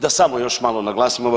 Da samo još malo naglasim.